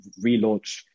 relaunch